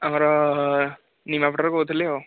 ଆମର ନିମାପଡ଼ାରୁ କହୁଥିଲି ଆଉ